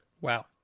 Wow